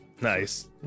nice